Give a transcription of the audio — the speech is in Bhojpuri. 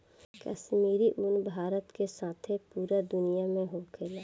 काश्मीरी उन भारत के साथे पूरा दुनिया में होखेला